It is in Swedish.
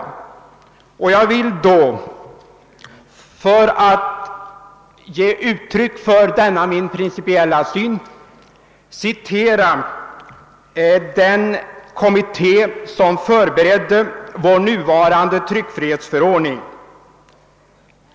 För att ge uttryck åt denna min principiella syn vill jag citera den kommitté som förberedde vår nuvarande =tryckfrihetsförordning.